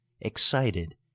excited